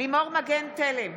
לימור מגן תלם,